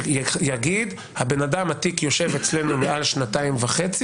שיגיד: התיק יושב אצלנו מעל שנתיים וחצי.